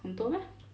很多 meh